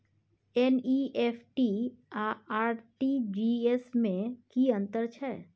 NEFT आ RTGS में की अन्तर छै?